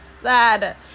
sad